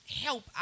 help